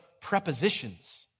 prepositions